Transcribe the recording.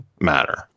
matter